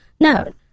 No